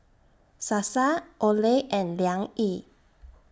Sasa Olay and Liang Yi